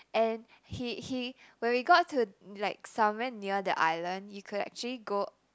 and he he when we got to like somewhere near the island you could actually go